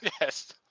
Yes